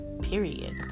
period